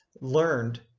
learned